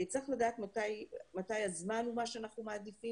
צריך לדעת מתי הזמן הוא מה שאנחנו מעדיפים